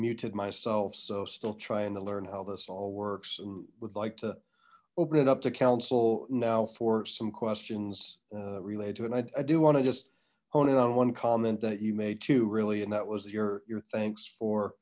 muted myself so still trying to learn how this all works and would like to open it up to counsel now for some questions related to it i do want to just hone in on one comment that you made to really and that was your your thanks for